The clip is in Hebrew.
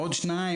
עוד שניים,